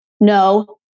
No